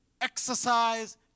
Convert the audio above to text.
exercise